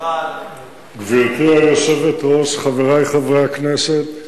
גברתי היושבת-ראש, חברי חברי הכנסת,